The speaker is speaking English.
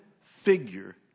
figure